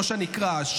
ראש הנקרה,